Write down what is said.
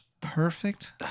perfect